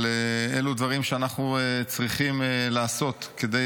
אבל אלו דברים שאנחנו צריכים לעשות כדי